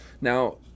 Now